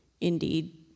indeed